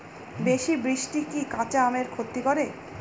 বেশি বৃষ্টি কি কাঁচা আমের ক্ষতি করে?